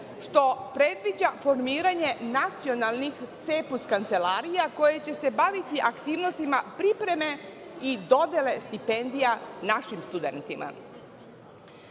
što predviđa formiranje nacionalnih CEEPUS kancelarija koje će se baviti aktivnostima pripreme i dodele stipendija našim studentima. Pred